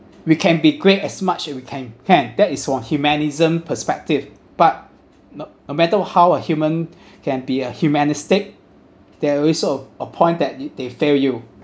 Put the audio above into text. we can be great as much as we can can that is one humanism perspective but no no matter how a human can be a humanistic there also a point that will they fail you